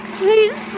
Please